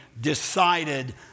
decided